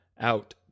out